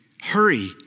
hurry